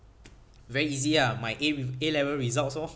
very easy ah my A A level results lor